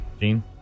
Gene